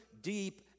deep